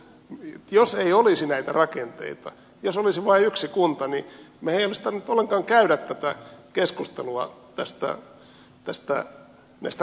että jos ei olisi näitä rakenteita jos olisi vain yksi kunta niin meidänhän ei olisi ollenkaan tarvinnut käydä tätä keskustelua näistä rakenteista